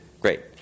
Great